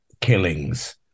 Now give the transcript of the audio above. killings